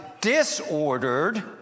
disordered